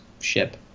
ship